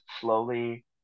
slowly